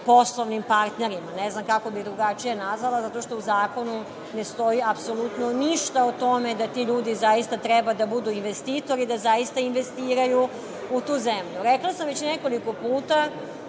poslovnim partnerima, ne znam kako bih drugačije nazvala zato što u zakonu ne stoji apsolutno ništa o tome da ti ljudi zaista treba da budu investitori i da zaista investiraju u tu zemlju. Rekla sam već nekoliko puta,